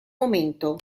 momento